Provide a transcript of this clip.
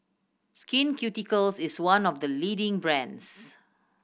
Skin Ceuticals is one of the leading brands